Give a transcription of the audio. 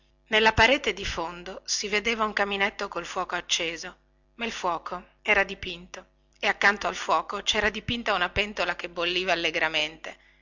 nella parete di fondo si vedeva un caminetto col fuoco acceso ma il fuoco era dipinto e accanto al fuoco cera dipinta una pentola che bolliva allegramente